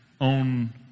own